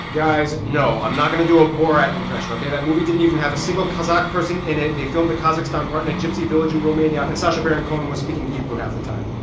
guys, no, i'm not gonna do a borat impression, okay? that movie didn't even have a single kazakh person in it. they filmed the kazakhstan part in a gypsy village in romania, and sacha baron cohen was speaking hebrew half the time.